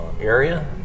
area